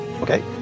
Okay